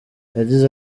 yagize